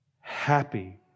Happy